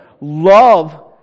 love